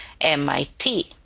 MIT